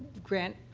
grant,